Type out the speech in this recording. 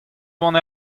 vont